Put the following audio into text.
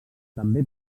també